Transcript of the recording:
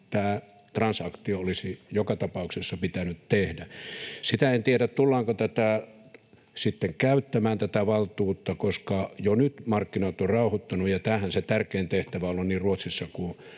tämä transaktio olisi joka tapauksessa pitänyt tehdä. Sitä en tiedä, tullaanko sitten käyttämään tätä valtuutta, koska jo nyt markkinat ovat rauhoittuneet, ja tämähän se tärkein tehtävä on ollut niin Ruotsissa kuin